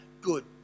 good